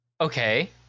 Okay